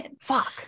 fuck